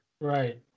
Right